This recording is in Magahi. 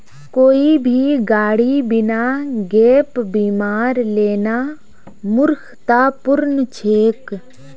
कोई भी गाड़ी बिना गैप बीमार लेना मूर्खतापूर्ण छेक